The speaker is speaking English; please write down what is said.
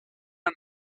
and